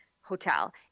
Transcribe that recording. hotel